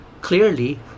clearly